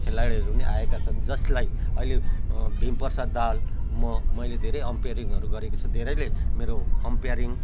खेलाडीहरू नै आएका छन् जसलाई अहिले भीम प्रसाद दाहाल म मैले धेरै अम्पाइरिङहरू गरेको छु धेरैले मेरो अम्पाइरिङ